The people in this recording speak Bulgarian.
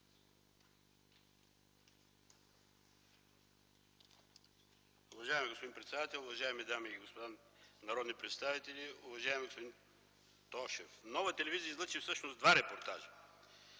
Уважаеми господин председател, уважаеми дами и господа народни представители, уважаеми господин Тошев! Нова телевизия излъчи всъщност два репортажа,